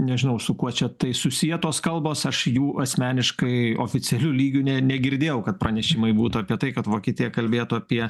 nežinau su kuo čia tai susietos kalbos aš jų asmeniškai oficialiu lygiu ne negirdėjau kad pranešimai būtų apie tai kad vokietija kalbėtų apie